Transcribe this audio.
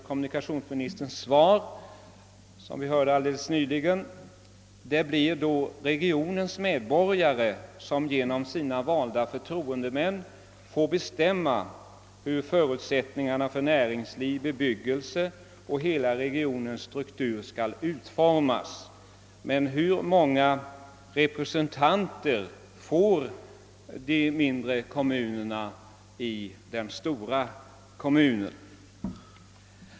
Kommunikationsministern säger i sitt svar: »Det blir då regionens medborgare som genom sina valda förtroendemän får bestämma hur förutsättningarna för näringsliv, bebyggelse och hela regionens struktur skall utformas.» Men hur många representanter får de mindre kommunerna i den stora kommunen?